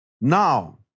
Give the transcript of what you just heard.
Now